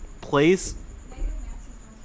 place